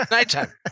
Nighttime